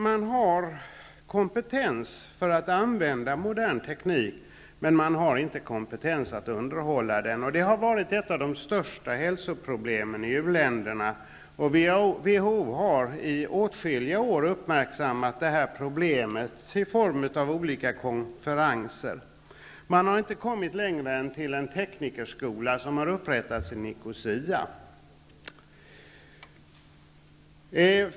Man har kompetens för att använda modern teknik, men man har inte kompetens att underhålla den, och det har varit ett av de största hälsoproblemen i u-länderna. WHO har i åtskilliga år uppmärksammat det här problemet i form av olika konferenser, men man har inte kommit längre än till en teknikerskola som har upprättats i Nicosia.